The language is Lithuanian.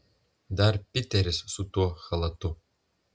dar piteris su tuo chalatu